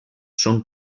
són